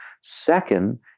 Second